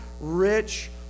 rich